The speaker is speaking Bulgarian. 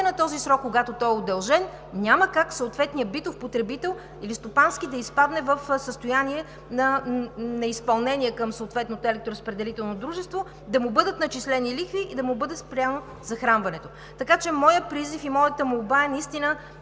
на този срок, когато той е удължен, няма как съответният битов или стопански потребител да изпадне в състояние на неизпълнение към съответното електроразпределително дружество, да му бъдат начислени лихви и да му бъде спряно захранването. Така че моят призив и моята молба е наистина